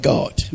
God